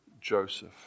Joseph